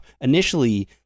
initially